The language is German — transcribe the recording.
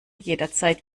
jederzeit